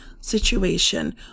situation